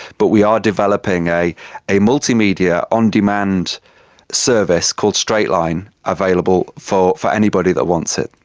but we are developing a a multimedia on-demand service called straightline available for for anybody that wants it.